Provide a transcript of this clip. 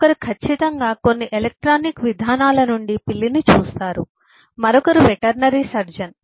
ఒకరు ఖచ్చితంగా కొన్ని ఎలక్ట్రానిక్ విధానాల నుండి పిల్లిని చూస్తారు మరొకరు వెటర్నరీ సర్జన్